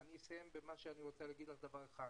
אני אסיים, אני רוצה להגיד דבר אחד.